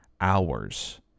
hours